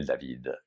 David